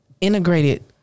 integrated